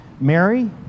Mary